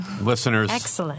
listeners